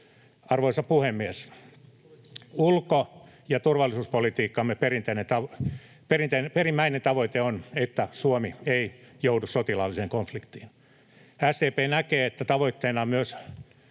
Arvoisa puhemies! Ulko- ja turvallisuuspolitiikkamme perimmäinen tavoite on se, että Suomi ei joudu sotilaalliseen konfliktiin. SDP näkee, että tavoitteena on myös